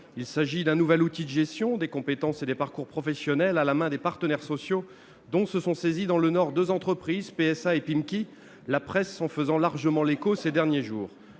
Il s'agit d'un nouvel outil de gestion des compétences et des parcours professionnels à la main des partenaires sociaux et dont se sont saisies dans le Nord deux entreprises, PSA et Pimkie, la presse s'en étant largement fait l'écho ces derniers jours.